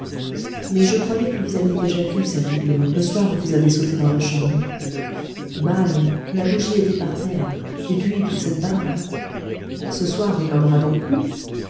mais je croyais que vous aviez déjà vu sa figure le soir où vous avez sauté dans la chambre mal la bougie était par terre et puis toute cette barbe ce soir il n'en aura donc plus